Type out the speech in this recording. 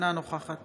אינה נוכחת